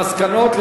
למסקנות,